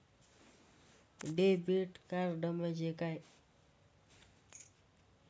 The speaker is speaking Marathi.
डेबिट कार्ड म्हणजे काय?